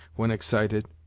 when excited.